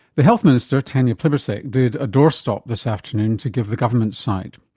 the health minister tanya plibersek did a doorstop this afternoon to give the government's side.